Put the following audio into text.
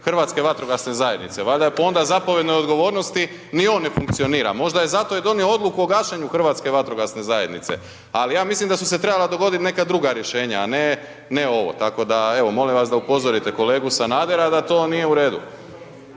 Hrvatske vatrogasne zajednice, valjda onda po zapovjednoj odgovornosti ni on ne funkcionira, ne funkcionira, možda je zato i donio odluku o gašenju Hrvatske vatrogasne zajednice, ali ja mislim da su se trebala dogodit neka druga rješenja, a ne ovo. Tako da evo molim vas da upozorite kolegu Sanadera da to nije u redu.